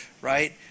Right